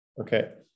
Okay